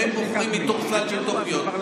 והם בוחרים מתוך סל של תוכניות.